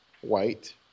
white